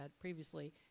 previously